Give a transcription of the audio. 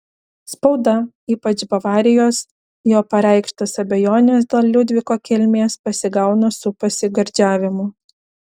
spauda ypač bavarijos jo pareikštas abejones dėl liudviko kilmės pasigauna su pasigardžiavimu